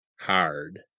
Hard